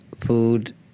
food